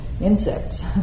insects